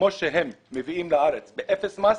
כמו שהם מביאים לארץ באפס מס,